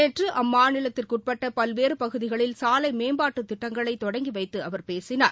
நேற்று அம்மாநிலத்திற்குட்பட்ட பல்வேறு பகுதிகளில் சாலை மேம்பாட்டு திட்டங்களை தொடங்கி வைத்து அவர் பேசினார்